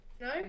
No